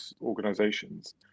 organizations